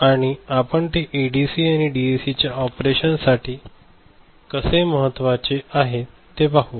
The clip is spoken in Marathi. आणि आपण ते एडीसी आणि डीएसी च्या ऑपरेशनसाठी कसे महत्त्वाचे आहे ते पाहू